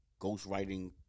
ghostwriting